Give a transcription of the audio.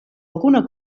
alguna